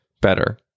better